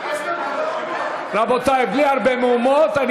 רבותי, בלי הרבה מהומות.